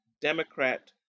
Democrat